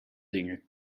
dingen